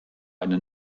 eine